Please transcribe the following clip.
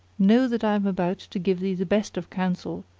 know that i am about to give thee the best of counsel,